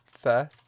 fair